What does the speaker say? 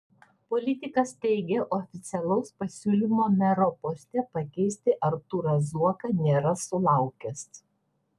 politikas teigė oficialaus pasiūlymo mero poste pakeisti artūrą zuoką nėra sulaukęs